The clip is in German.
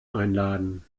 einladen